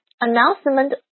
Announcement